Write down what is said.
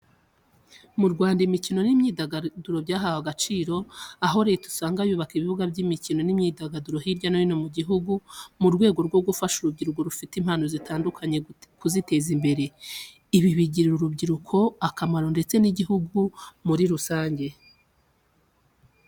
Mu Rwanda imikino n'imyidagaduro byahawe agaciro, aho Leta usanga yubaka ibibuga by'imikino n'imyidagaduro hirya no hino mu gihugu mu rwego rwo gufasha urubyiruko rufite impano zitandukanye kuziteza imbere. Ibi bigirira uru rubyiruko akamaro ndetse n'Igihugu muri rusange.